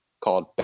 called